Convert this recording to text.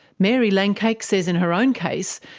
mary langcake says in her own case,